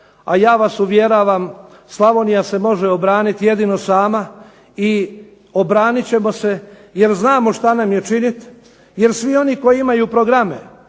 a ja vas uvjeravam Slavonija se može obraniti jedino sama i obranit ćemo se jer znamo što nam je činiti i svi oni koji imaju programe,